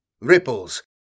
Ripples